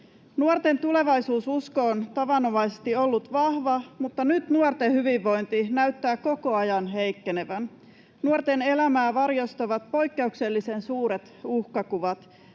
Nuorten tulevaisuususko on tavanomaisesti ollut vahva, mutta nyt nuorten hyvinvointi näyttää koko ajan heikkenevän. Nuorten elämää varjostavat poikkeuksellisen suuret uhkakuvat: